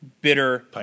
bitter